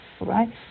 right